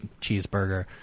cheeseburger